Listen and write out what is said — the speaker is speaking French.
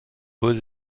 beaux